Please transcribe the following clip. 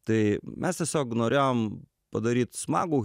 tai mes tiesiog norėjom padaryt smagų